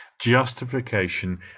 justification